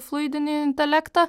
fluidinį intelektą